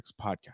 podcast